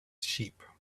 sheep